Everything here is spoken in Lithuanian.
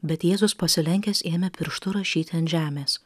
bet jėzus pasilenkęs ėmė pirštu rašyti ant žemės